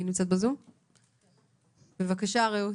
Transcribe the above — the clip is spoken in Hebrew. בבקשה.